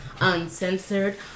uncensored